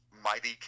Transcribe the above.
Mighty